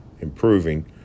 improving